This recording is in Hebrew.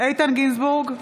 איתן גינזבורג,